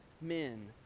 men